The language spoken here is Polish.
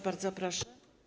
Bardzo proszę.